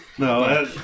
No